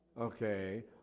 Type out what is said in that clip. Okay